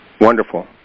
Wonderful